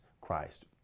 Christ